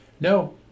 No